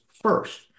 first